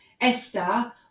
Esther